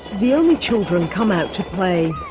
the only children come out to play,